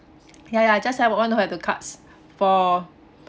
ya I just have uh own to have the cards for